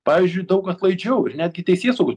pavyzdžiui daug atlaidžiau ir netgi teisėsaugos